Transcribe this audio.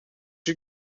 you